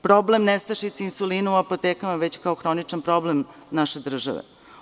Problem nestašice insulina u apotekama već kao hroničan problem naše države.